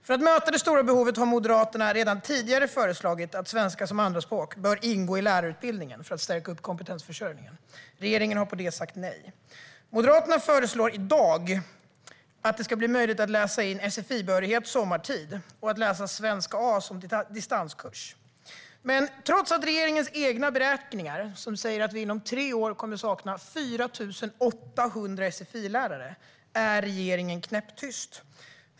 För att möta det stora behovet har Moderaterna redan tidigare föreslagit att svenska som andraspråk bör ingå i lärarutbildningen för att stärka upp kompetensförsörjningen. Regeringen har sagt nej till det. Moderaterna föreslår i dag att det ska bli möjligt att läsa in sfi-behörighet sommartid och att läsa svenska A som distanskurs. Men trots regeringens egna beräkningar, som säger att vi inom tre år kommer att sakna 4 800 sfi-lärare, är regeringen knäpptyst.